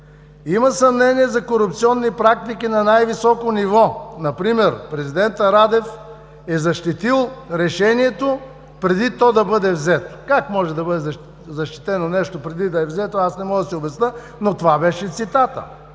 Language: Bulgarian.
„Има съмнение за корупционни практики на най високо ниво. Например президентът Радев е защитил решението преди то да бъде взето.“ Как може да бъде защитено нещо, преди да е взето, аз не мога да си обясня, но това беше цитатът.